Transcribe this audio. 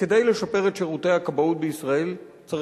וכדי לשפר את שירותי הכבאות בישראל צריך,